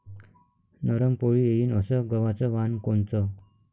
नरम पोळी येईन अस गवाचं वान कोनचं?